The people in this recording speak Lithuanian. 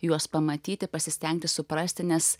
juos pamatyti pasistengti suprasti nes